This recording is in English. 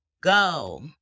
go